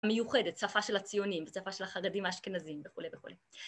מיוחדת, שפה של הציונים, שפה של החרדים האשכנזים וכולי וכולי